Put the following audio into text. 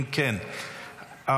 אם כן,